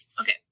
Okay